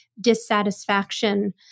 dissatisfaction